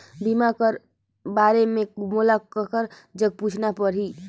बीमा कर बारे मे मोला ककर जग पूछना परही?